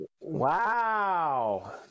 Wow